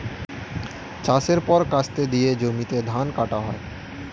চাষের পর কাস্তে দিয়ে জমিতে ধান কাটা হয়